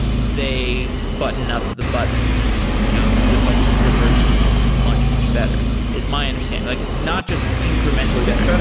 they button up the buttons and you know zip up the zippers and it's much, much better, is my understanding. like it's not just incrementally better,